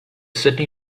sydney